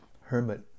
hermit